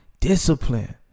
Discipline